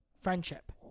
friendship